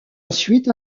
ensuite